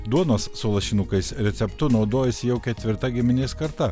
duonos su lašinukais receptu naudojasi jau ketvirta giminės karta